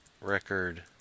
record